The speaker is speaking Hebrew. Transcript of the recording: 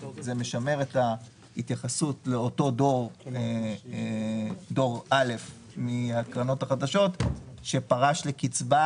זה משמר את ההתייחסות לאותו דור א' מהקרנות החדשות שפרש לקצבה